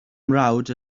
mrawd